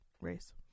race